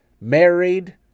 married